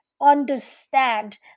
understand